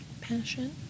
passion